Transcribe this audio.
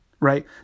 right